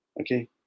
Okay